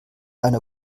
einer